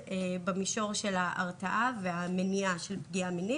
במישור של ההרתעה והמניעה של פגיעה מינית,